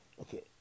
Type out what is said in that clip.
Okay